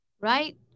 right